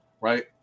right